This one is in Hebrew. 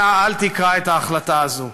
אנא אל תקרע את ההחלטה הזאת.